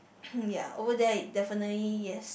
ya over there it definitely yes